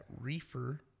reefer